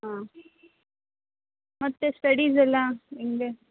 ಹಾಂ ಮತ್ತೆ ಸ್ಟಡೀಸ್ ಎಲ್ಲ ಹೆಂಗೆ